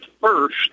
first